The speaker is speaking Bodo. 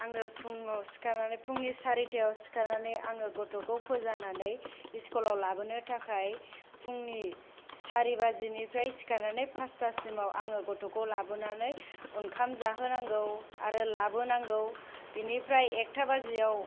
आङो फुंआव सिखारनानै फुंनि सारिथायाव सिखारनानै आङो गथ'खौ फोजानानै स्कुलआव लाबोनो थाखाय फुंनि सारि बाजिनिफ्राय सिखारनानै पास्ता सिमआव आङो गथ'खौ लाबोनानै ओंखाम जाहोनांगौ आरो लाबोनांगौ बेनिफ्राय एकता बाजिआव